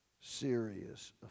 serious